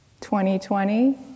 2020